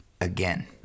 Again